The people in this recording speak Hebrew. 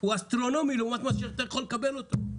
הוא אסטרונומי לעומת מה שאתה יכול לקבל אותו.